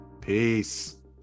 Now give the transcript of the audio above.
peace